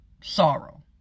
sorrow